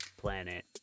planet